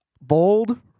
Bold